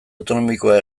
autonomikoa